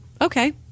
Okay